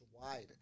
wide